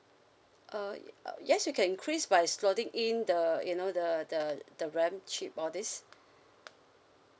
uh y~ uh yes you can increase by slotting in the you know the the the RAM chip all this